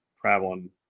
traveling